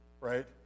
right